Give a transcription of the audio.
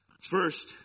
first